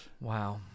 wow